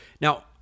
Now